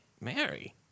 Mary